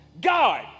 God